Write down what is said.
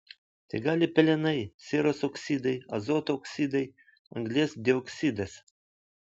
tai gali pelenai sieros oksidai azoto oksidai anglies dioksidas